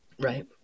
Right